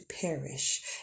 perish